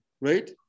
right